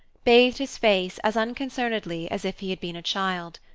bathed his face as unconcernedly as if he had been a child.